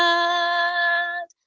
God